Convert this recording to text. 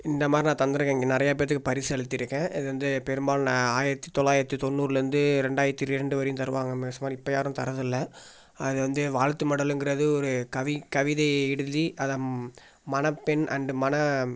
இந்த மாதிரி நான் தந்திருக்கேன் இங்கே நிறையா பேர்த்துக்கு பரிசு அளித்திருக்கேன் இது வந்து பெரும்பாலும் நான் ஆயிரத்தி தொள்ளாயிரத்தி தொண்ணூறுலேருந்து ரெண்டாயிரத்தி ரெண்டு வரையும் தருவாங்க மேக்ஸிமம் இப்போ யாரும் தர்றதில்லை அது வந்து வாழ்த்து மடலுங்கிறது ஒரு கவி கவிதை எழுதி அதை மணப்பெண் அண்டு மண